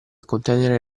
contenere